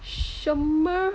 什么